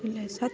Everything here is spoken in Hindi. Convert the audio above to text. लहसुन